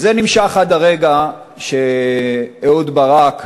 וזה נמשך עד הרגע שאהוד ברק,